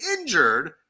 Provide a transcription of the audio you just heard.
injured